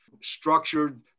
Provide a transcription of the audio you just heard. structured